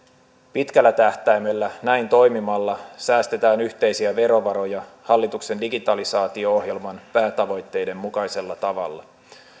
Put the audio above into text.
pitkällä tähtäimellä näin toimimalla säästetään yhteisiä verovaroja hallituksen digitalisaatio ohjelman päätavoitteiden mukaisella tavalla